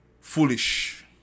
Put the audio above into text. foolish